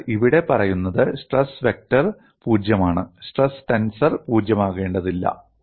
അതിനാൽ ഇവിടെ പറയുന്നത് സ്ട്രെസ് വെക്റ്റർ പൂജ്യമാണ് സ്ട്രെസ് ടെൻസർ പൂജ്യമാകേണ്ടതില്ല